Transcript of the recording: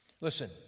Listen